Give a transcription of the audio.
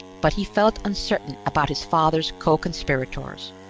but he felt uncertain about his father's co-conspirators.